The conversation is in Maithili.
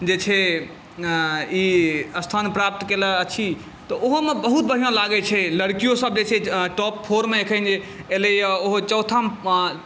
जे छै ई स्थान प्राप्त केलक अछि तऽ ओहूमे बहुत बढ़िआँ लगैत छै लड़किओसभ जे छै टॉप फोर मे एखन जे एलैए ओहो चौथम